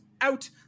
out